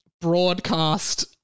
broadcast